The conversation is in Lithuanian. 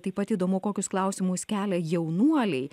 taip pat įdomu kokius klausimus kelia jaunuoliai